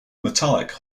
metallic